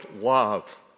love